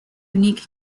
unique